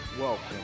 Welcome